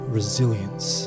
resilience